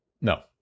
No